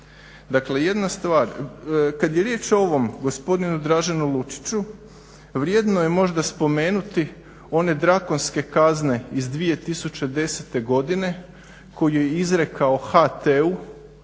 Dakle jedna stvar, kad je riječ o ovom gospodinu Draženu Lučiću vrijedno je možda spomenuti one drakonske kazne iz 2010. godine koju je izrekao HT-u